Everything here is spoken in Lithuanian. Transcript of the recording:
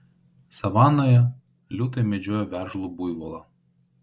savanoje liūtai medžiojo veržlų buivolą